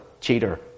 cheater